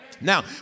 Now